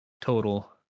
total